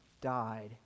died